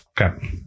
Okay